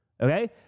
Okay